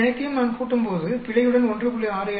இவை அனைத்தையும் நான் கூட்டும்போது பிழையுடன் 1